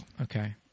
Okay